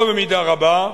או במידה רבה,